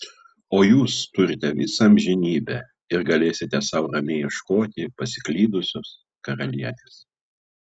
o jūs turite visą amžinybę ir galėsite sau ramiai ieškoti pasiklydusios karalienės